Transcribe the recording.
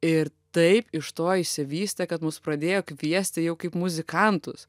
ir taip iš to išsivystė kad mus pradėjo kviesti jau kaip muzikantus